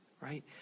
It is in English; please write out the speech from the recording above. Right